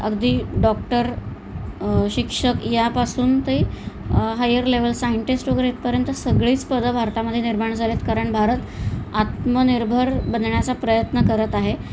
अगदी डॉक्टर शिक्षक यापासून ते हायर लेव्हल सायंटिस्ट वगैरे इथपर्यंत सगळीच पदं भारतामध्ये निर्माण झालेत कारण भारत आत्मनिर्भर बनण्याचा प्रयत्न करत आहे